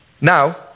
Now